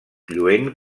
lluent